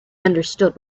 understood